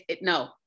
no